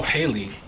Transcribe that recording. Haley